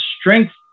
strength